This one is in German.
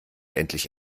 endlich